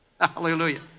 Hallelujah